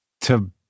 to-